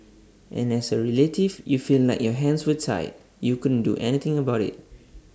and as A relative you feel like your hands were tied you couldn't do anything about IT